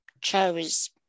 chose